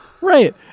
right